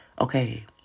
Okay